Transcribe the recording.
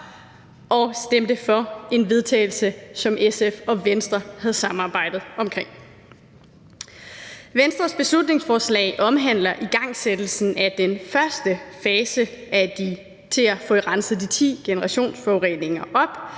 og stemte for et forslag til vedtagelse, som SF og Venstre havde samarbejdet om. Venstres beslutningsforslag omhandler igangsættelsen inden udgangen af 2020 af den første fase i at få renset de ti generationsforureninger op